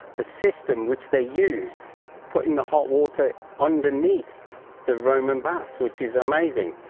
the system which they used for putting the hot water underneath the roman bath, which is amazing.